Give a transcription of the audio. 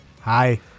hi